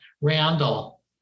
Randall